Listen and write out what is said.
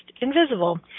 invisible